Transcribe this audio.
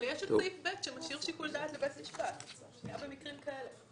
אבל יש את סעיף ב שמשאיר שיקול דעת לבית המשפט גם במקרים כאלה.